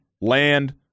land